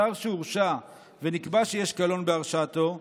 שר שהורשע ונקבע שיש קלון בהרשעתו,